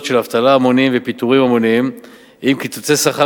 של אבטלה המונית ופיטורים המוניים עם קיצוצי שכר